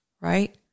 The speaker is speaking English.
right